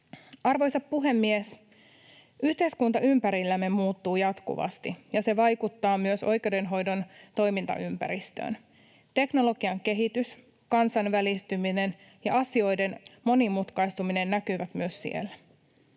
Arvoisa puhemies! Yhteiskunta ympärillämme muuttuu jatkuvasti, ja se vaikuttaa myös oikeudenhoidon toimintaympäristöön. Teknologian kehitys, kansainvälistyminen ja asioiden monimutkaistuminen näkyvät myös siellä.